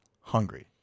hungry